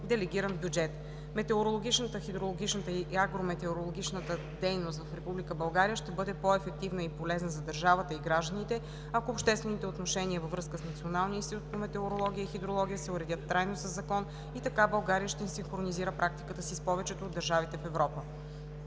делегиран бюджет. Метеорологичната, хидрологичната и агрометеорологичната дейност в Република България ще бъде по-ефективна и полезна за държавата и гражданите, ако обществените отношения във връзка с Националния институт по метеорология и хидрология се уредят трайно със закон и така България ще синхронизира практиката си с повечето от държавите в Европа.